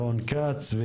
ורון כץ,